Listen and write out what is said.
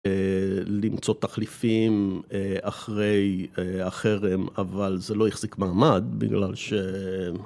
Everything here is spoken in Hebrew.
למצוא תחליפים אחרי החרם, אבל זה לא יחזיק מעמד בגלל ש...